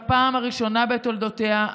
בפעם הראשונה בתולדותיה,